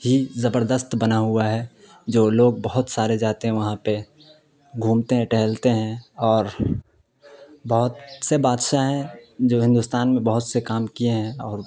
ہی زبردست بنا ہوا ہے جو لوگ بہت سارے جاتے ہیں وہاں پہ گھومتے ہیں ٹہلتے ہیں اور بہت سے بادشاہ ہیں جو ہندوستان میں بہت سے کام کیے ہیں اور